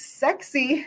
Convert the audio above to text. sexy